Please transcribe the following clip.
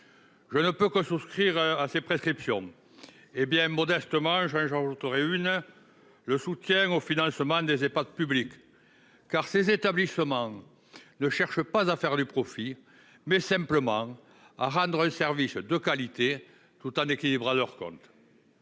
Je ne peux que souscrire à ces prescriptions. Et, bien modestement, j'en ajouterai une : le soutien au financement des Ehpad publics, car ces établissements cherchent non pas à faire du profit, mais simplement à rendre un service de qualité, tout en équilibrant leurs comptes.